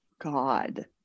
God